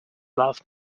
love